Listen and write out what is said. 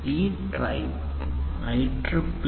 ഇത് IEEE 802